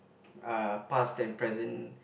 uh past and present